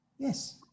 Yes